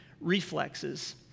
reflexes